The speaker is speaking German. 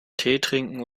teetrinken